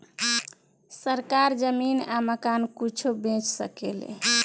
सरकार जमीन आ मकान कुछो बेच सके ले